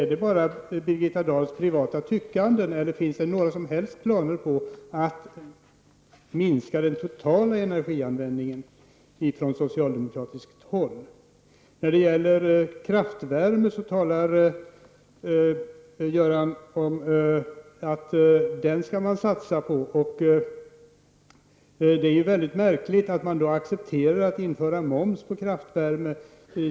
Är det bara Birgitta Dahls privata tyckande, eller finns det från socialdemokratiskt håll några som helst planer på att minska den totala energianvändningen? När det gäller kraftvärmen så säger Göran Magnusson att skall man satsa på den. Det är mycket märkligt att man då accepterar att det införs moms på kraftvärme.